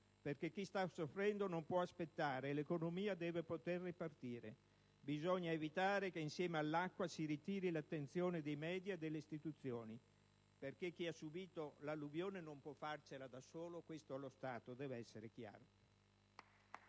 perché chi sta soffrendo non può aspettare e l'economia deve poter ripartire. Bisogna evitare che insieme all'acqua si ritiri l'attenzione dei *media* e delle istituzioni, perchè chi ha subito l'alluvione non può farcela da solo, e questo allo Stato deve essere chiaro.